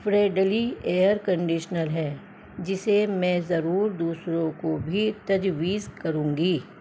friendly air conditioner ہے جسے میں ضرور دوسروں کو بھی تجویز کروں گی